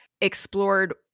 explored